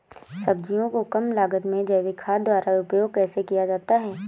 सब्जियों को कम लागत में जैविक खाद द्वारा उपयोग कैसे किया जाता है?